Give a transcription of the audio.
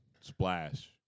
splash